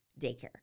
daycare